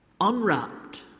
Unwrapped